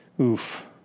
oof